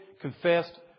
confessed